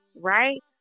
right